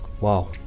wow